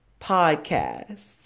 podcast